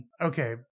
Okay